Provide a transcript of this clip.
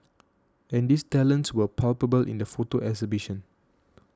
and these talents were palpable in the photo exhibition